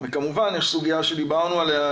וכמובן יש סוגיה שדיברנו עליה,